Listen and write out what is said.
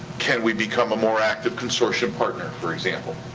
can we become a more active consortium partner? for example.